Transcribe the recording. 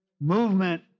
movement